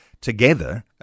together